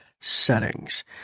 settings